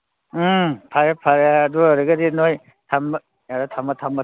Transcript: ꯎꯝ ꯐꯔꯦ ꯐꯔꯦ ꯑꯗꯨ ꯑꯣꯏꯔꯒꯗꯤ ꯅꯣꯏ ꯊꯝꯃꯣ ꯊꯝꯃꯣ